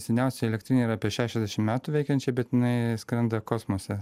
seniausiai elektrinei yra apie šešiasdešim metų veikiančiai bet jinai skrenda kosmose